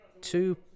two